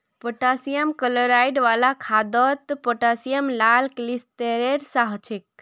potassium chloride वाला खादोत potassium लाल क्लिस्तेरेर सा होछे